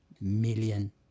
million